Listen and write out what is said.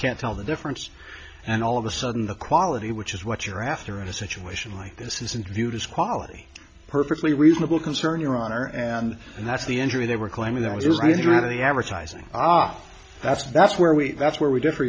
can't tell the difference and all of a sudden the quality which is what you're after in a situation like this isn't viewed as quality perfectly reasonable concern your honor and that's the injury they were claiming that was really one of the advertising ah that's that's where we that's where we differ